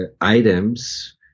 items